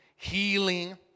healing